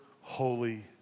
holy